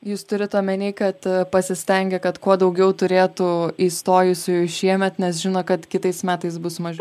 jūs turit omeny kad pasistengia kad kuo daugiau turėtų įstojusiųjų šiemet nes žino kad kitais metais bus mažiau